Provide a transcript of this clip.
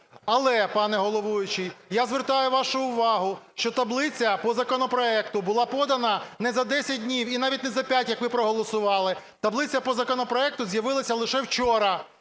Але, пане головуючий, я звертаю вашу увагу, що таблиця по законопроекту була подана не за десять днів і навіть не за п'ять, як ви проголосували, таблиця по законопроекту з'явилася лише вчора,